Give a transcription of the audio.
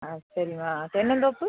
ஆ சரிம்மா தென்னந்தோப்பு